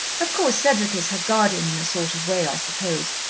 of course, cedric is her guardian in a sort of way, i suppose,